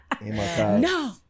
No